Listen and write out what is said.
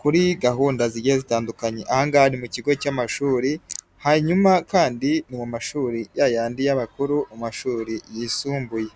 kuri gahunda zigiye zitandukanye, aha ngaha ni mu kigo cy'amashuri hanyuma kandi mu mashuri ya yandi y'abakuru mu mashuri yisumbuye.